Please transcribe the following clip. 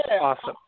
awesome